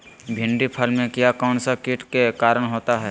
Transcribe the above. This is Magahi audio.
भिंडी फल में किया कौन सा किट के कारण होता है?